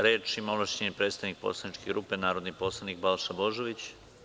Reč ima ovlašćeno predstavnik poslaničke grupe, narodni poslanik Balša Božović.